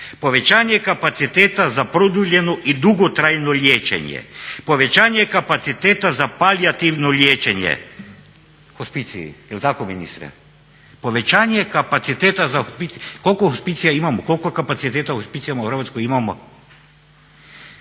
povećanje kapaciteta za produljeno i dugotrajno liječenje, povećanje kapaciteta za palijativno liječenje, hospiciji." Jel' tako ministre? Povećanje kapaciteta za hospicij? Koliko hospicija imamo? Koliko kapaciteta u hospicijima